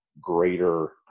greater